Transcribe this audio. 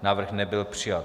Návrh nebyl přijat.